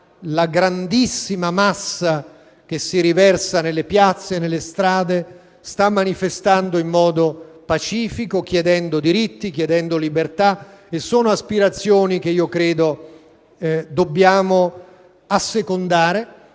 la grandissima massa che si riversa nelle piazze e nelle strade sta manifestando in modo pacifico, chiedendo diritti e libertà, aspirazioni che credo dobbiamo assecondare,